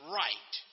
right